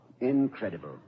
Incredible